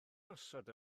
osod